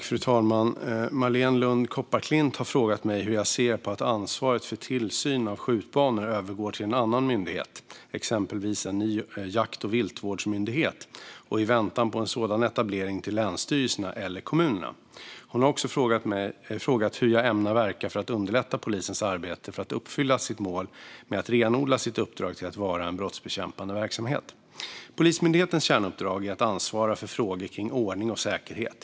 Fru talman! Marléne Lund Kopparklint har frågat mig hur jag ser på att ansvaret för tillsyn av skjutbanor övergår till en annan myndighet, exempelvis en ny jakt och viltvårdsmyndighet, och i väntan på en sådan etablering till länsstyrelserna eller kommunerna. Hon har också frågat hur jag ämnar verka för att underlätta polisens arbete för att uppfylla sitt mål med att renodla sitt uppdrag till att vara en brottsbekämpande verksamhet. Polismyndighetens kärnuppdrag är att ansvara för frågor kring ordning och säkerhet.